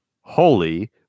Holy